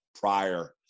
prior